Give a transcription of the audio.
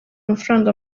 amafaranga